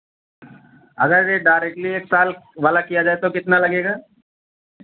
अगर ये डायरेक्टली एक साल वाला किया जाए तो कितना लगेगा